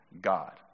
God